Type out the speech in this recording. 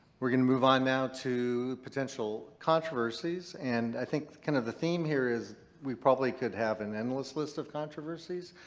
we're going to move on now to potential controversies and i think kind of the theme here is we probably could have an endless list of controversies,